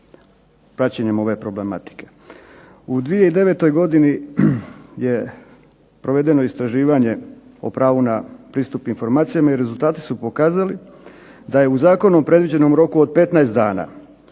U 2009. godini je provedeno istraživanje o pravu na pristup informacijama i rezultati su pokazali da je u zakonom predviđenom roku od 15 dana